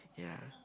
yeah